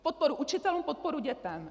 Podporu učitelům, podporu dětem.